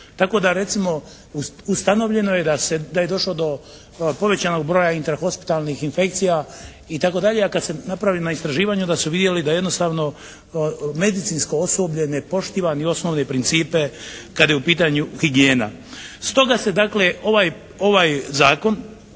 tako da recimo ustanovljeno je da se, da je došlo do povećanog broja interhospitalnih infekcija itd. a kad su napravljena istraživanja onda su vidjeli da jednostavno medicinsko osoblje ne poštiva ni osnovne principe kada je u pitanju higijena. Stoga se dakle ovaj zakon,